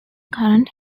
current